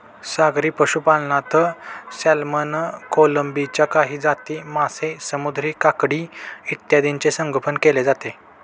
सागरी पशुपालनात सॅल्मन, कोळंबीच्या काही जाती, मासे, समुद्री काकडी इत्यादींचे संगोपन केले जाते